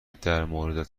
درموردت